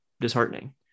disheartening